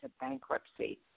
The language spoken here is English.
bankruptcy